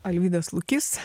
alvydas lukys